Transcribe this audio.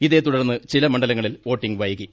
ഇതേ തൂടർന്ന് ചില മണ്ഡലങ്ങളിൽ വോട്ടിംഗ് വൈകി